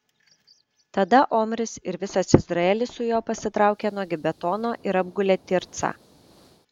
tada omris ir visas izraelis su juo pasitraukė nuo gibetono ir apgulė tircą